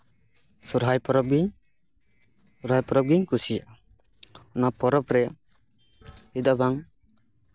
ᱥᱚᱦᱨᱟᱭ ᱯᱚᱨᱚᱵᱽ ᱜᱮ ᱥᱚᱦᱨᱟᱭ ᱯᱚᱨᱚᱵᱽ ᱜᱤᱧ ᱠᱩᱥᱤᱭᱟᱜᱼᱟ ᱚᱱᱟ ᱯᱚᱨᱚᱵᱽ ᱨᱮ ᱪᱮᱫᱟᱜ ᱵᱟᱝ